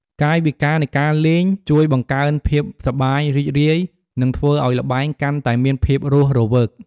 កាយវិការនៃការលេងជួយបង្កើនភាពសប្បាយរីករាយ និងធ្វើឱ្យល្បែងកាន់តែមានភាពរស់រវើក។